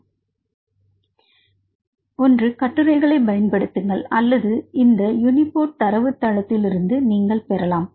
மாணவர் ஆராய்ச்சி நூல்களில் இருந்து ஒன்று கட்டுரைகளை பயன்படுத்துங்கள் அல்லது இந்த யூனிபோர்ட்தரவுத்தளத்திலிருந்து நீங்கள் பெறலாம்